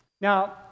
Now